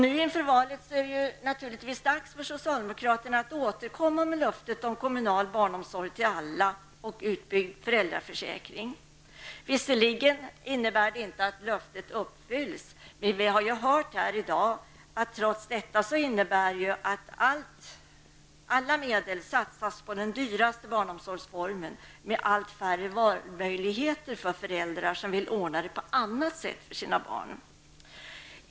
Nu inför valet är det naturligtvis dags för socialdemokraterna att återkomma med löftet om kommunal barnomsorg till alla och utbyggd föräldraförsäkring. Visserligen innebär det inte att löftet uppfylls. Men vi har i dag hört att det trots detta innebär att allt satsas på den dyraste barnomsorgsformen med allt färre valmöjligheter för föräldrar som vill ordna omsorgen på annat sätt för sina barn.